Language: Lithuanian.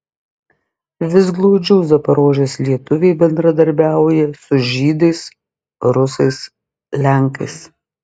vis glaudžiau zaporožės lietuviai bendradarbiauja su žydais rusais lenkais